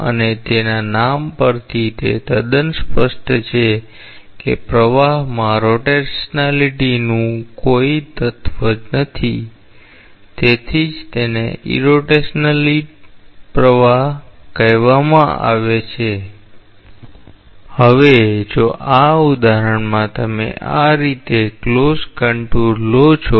અને તેના નામ પરથી તે તદ્દન સ્પષ્ટ છે કે પ્રવાહમાં પરિભ્રમણનું કોઈ તત્વ નથી તેથી જ તેને ઇરોટેશનલ પ્રવાહ કહેવામાં આવે છે હવે જો આ ઉદાહરણમાં તમે આ રીતે ક્લોઝ કન્ટુર લો છો